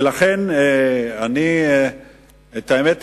ולכן, אני, האמת,